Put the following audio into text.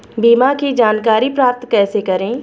बीमा की जानकारी प्राप्त कैसे करें?